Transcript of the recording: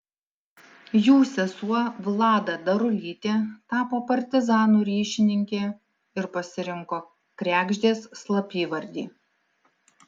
jų sesuo vlada darulytė tapo partizanų ryšininkė ir pasirinko kregždės slapyvardį